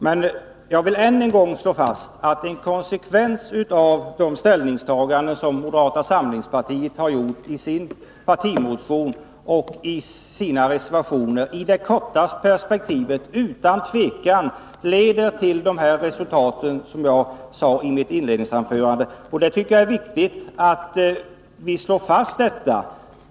Men jag vill än en gång slå fast att de ställningstaganden som moderata samlingspartiet gjort i sin partimotion och sina reservationer i det korta perspektivet utan tvivel leder till de resultat som jag redogjorde för i mitt inledningsanförande. Det är viktigt att slå fast detta.